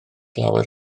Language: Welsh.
lawer